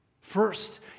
First